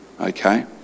Okay